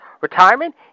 Retirement